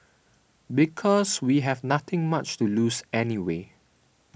because we have nothing much to lose anyway